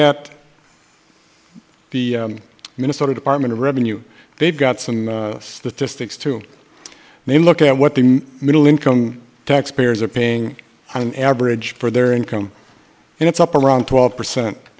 at the minnesota department of revenue they've got some statistics too they look at what the middle income taxpayers are paying on average for their income and it's up around twelve percent